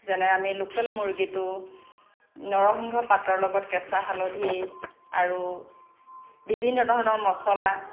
যেনে আমি লোকেল মুৰ্গীটো নৰসিংহ পাতৰ লগত কেঁচা হালধি আৰু বিভিন্ন ধৰণৰ মছলা